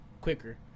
quicker